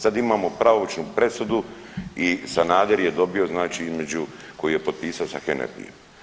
Sad imamo pravomoćnu presudu i Sanader je dobio znači između, koji je potpisao sa Hernadiem.